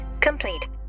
complete